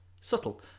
Subtle